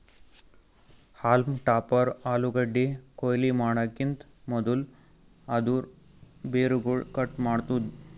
haulm topper ಆಲೂಗಡ್ಡಿ ಕೊಯ್ಲಿ ಮಾಡಕಿಂತ್ ಮದುಲ್ ಅದೂರ್ ಬೇರುಗೊಳ್ ಕಟ್ ಮಾಡ್ತುದ್